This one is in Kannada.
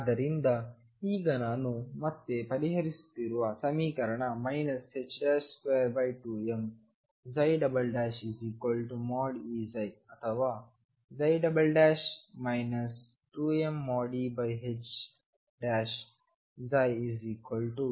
ಆದ್ದರಿಂದ ಈಗ ನಾನು ಮತ್ತೆಪರಿಹರಿಸುತ್ತಿರುವ ಸಮೀಕರಣ 22m|E|ψ ಅಥವಾ 2mEψ0